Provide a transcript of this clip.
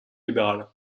libéral